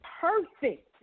perfect